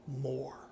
more